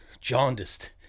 jaundiced